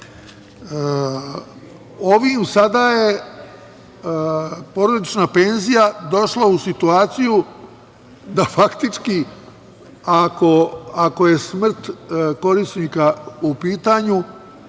sada je porodična penzija došla u situaciju da faktički ako je smrt korisnika u pitanju,